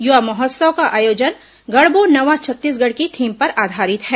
युवा महोत्सव का आयोजन गढ़बो नवा छत्तीसगढ़ की थीम पर आधारित है